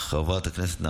חבר הכנסת יוסף עטאונה,